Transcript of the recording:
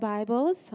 Bibles